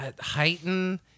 heighten